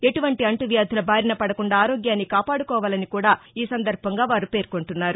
ఎటువంటి అంటువ్యాధుల బారిన పడకుండా ఆరోగ్యాన్ని కాపాడుకోవాలని కూడా ఈ సందర్బంగా వారు పేర్కొంటున్నారు